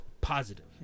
positive